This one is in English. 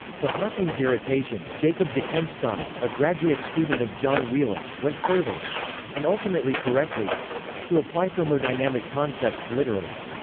to hawking's irritation, jacob bekenstein, a graduate student of john wheeler, went further and ultimately correctly to apply thermodynamic concepts literally.